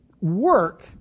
work